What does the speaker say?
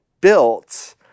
built